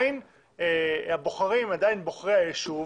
הבוחרים הם בוחרי הישוב,